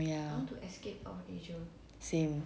oh ya same